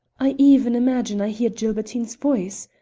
i even imagine i hear gilbertine's voice.